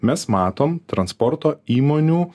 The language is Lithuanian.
mes matom transporto įmonių